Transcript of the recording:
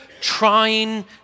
trying